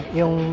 yung